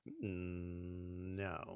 No